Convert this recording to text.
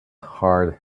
hard